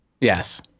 Yes